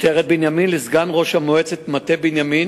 נשלחה הודעה מרמ"ס התחנה של משטרת בנימין לסגן ראש מועצת מטה בנימין,